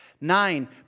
Nine